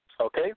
Okay